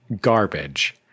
garbage